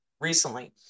recently